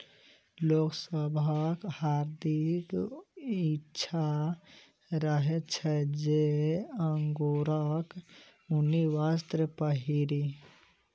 लोक सभक हार्दिक इच्छा रहैत छै जे अंगोराक ऊनी वस्त्र पहिरी